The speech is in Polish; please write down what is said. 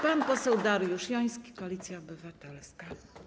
Pan poseł Dariusz Joński, Koalicja Obywatelska.